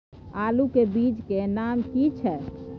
आलू के बीज के नाम की छै?